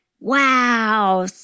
wow